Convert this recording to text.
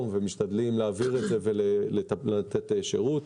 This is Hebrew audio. ואנחנו משתדלים להעביר את זה ולתת שירות.